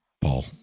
Paul